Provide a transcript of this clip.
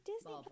disney